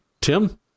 Tim